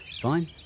Fine